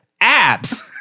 abs